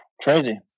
crazy